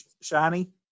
shiny